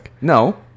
no